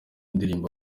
indirimbo